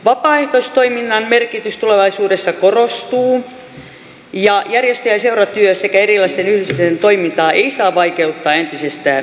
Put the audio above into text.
vapaaehtoistoiminnan merkitys tulevaisuudessa korostuu ja järjestö ja seuratyötä sekä erilaisten yhdistysten toimintaa ei saa vaikeuttaa entisestään vaan helpottaa